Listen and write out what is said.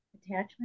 attachment